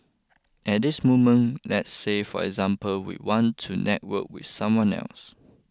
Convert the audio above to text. at this moment let's say for example we want to network with someone else